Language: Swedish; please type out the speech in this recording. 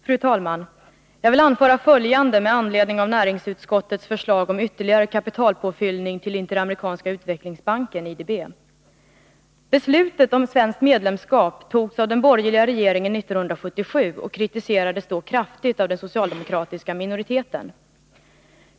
Fru talman! Jag vill här anföra följande med anledning av näringsutskottets förslag om ytterligare kapitalpåfyllning till Interamerikanska utvecklingsbanken, IDB. Beslutet om svenskt medlemskap i banken togs av den borgerliga regeringen 1977 och kritiserades då kraftigt av den socialdemokratiska minoriteten.